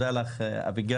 תודה לך אביגיל.